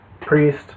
priest